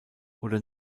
oder